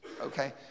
Okay